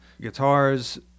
guitars